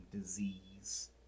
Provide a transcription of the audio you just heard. disease